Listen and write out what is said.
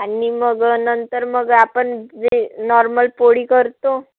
आणि मी मग नंतर मग आपण जे नॉर्मल पोळी करतो